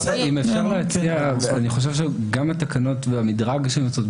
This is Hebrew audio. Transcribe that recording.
אני חושב שגם התקנות והמדרג שהן מציעות,